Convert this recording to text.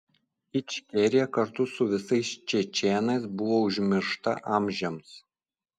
ičkerija kartu su visais čečėnais buvo užmiršta amžiams